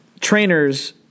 trainers